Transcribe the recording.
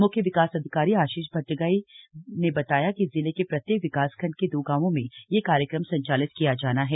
मुख्य विकास अधिकारी आशीष भट्टगांई बताया कि जिले के प्रत्येक विकासखंड के दो गांवों में यह कार्यक्रम संचालित किया जाना है